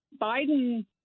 biden